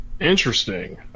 Interesting